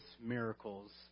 miracles